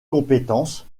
compétences